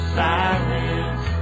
silence